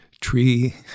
tree